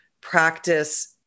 practice